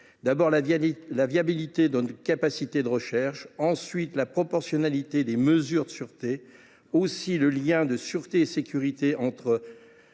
nuira à la viabilité de notre capacité de recherche, à la proportionnalité des mesures de sûreté, aux liens de sûreté et de sécurité entre